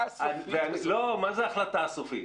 הסופית --- מה זה ההחלטה הסופית?